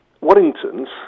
Waddington's